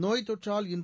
நோய்த் தொற்றால் இன்று